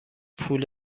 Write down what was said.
پول